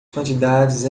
quantidades